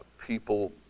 People